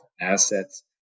assets